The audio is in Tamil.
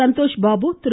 சந்தோஷ்பாபு திரு